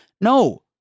No